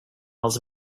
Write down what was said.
els